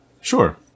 Sure